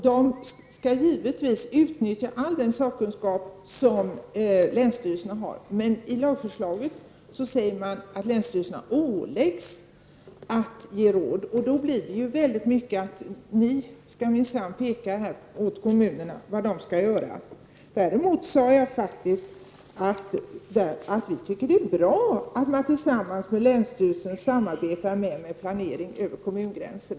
De skall givetvis utnyttja all den sakkunskap som finns hos länsstyrelserna. Men i lagförslaget står det att länsstyrelserna åläggs att ge råd. Då blir det väldigt ofta fråga om pekpinnar: Ni skall minsann peka ut åt kommunerna vad de skall göra. Däremot, och det har jag faktiskt sagt, tycker vi att det är bra att man tillsammans med länsstyrelsen samarbetar mera över kommungränserna om planeringen.